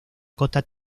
cota